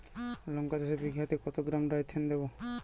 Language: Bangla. লঙ্কা চাষে বিঘাতে কত গ্রাম ডাইথেন দেবো?